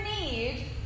need